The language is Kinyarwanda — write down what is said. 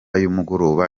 y’umugoroba